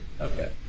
Okay